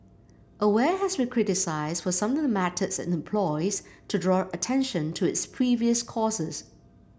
aware has been criticised for some of the methods it employs to draw attention to its previous causes